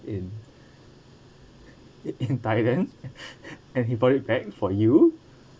in in thailand and he brought it back for you